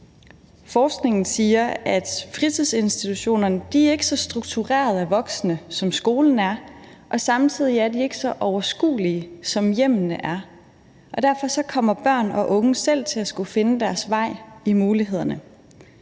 Forskningen siger, at fritidsinstitutionerne ikke er så strukturerede af voksne, som skolen er, og samtidig er de ikke så overskuelige, som hjemmene er. Derfor kommer børn og unge selv til at skulle finde deres vej i mulighederne.